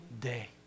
day